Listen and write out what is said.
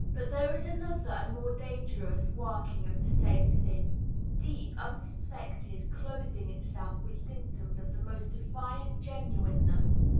but there is another and more dangerous working of the same thing deep, unsuspected, clothing itself with symptoms of the most defiant genuineness,